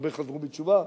הרבה חזרו בתשובה,